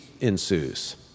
ensues